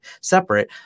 separate